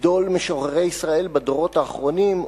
גדול משוררי ישראל בדורות האחרונים,